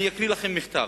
אני אקריא לכם מכתב.